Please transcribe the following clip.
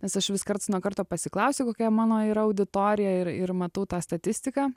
nes aš vis karts nuo karto pasiklausiu kokia mano yra auditorija ir ir matau tą statistiką